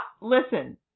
Listen